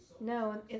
No